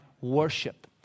worship